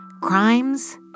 crimes